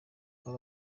aba